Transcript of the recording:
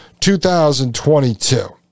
2022